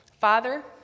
Father